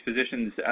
physicians